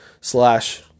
slash